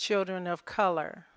children of color